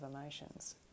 emotions